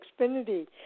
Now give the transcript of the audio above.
Xfinity